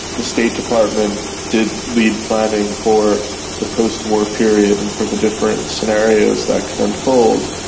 the state department did lead planning for the post-war period and for the different scenarios that could unfold,